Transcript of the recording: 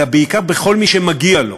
אלא בעיקר בכל מי שמגיע לו.